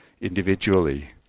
individually